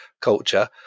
culture